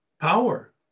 Power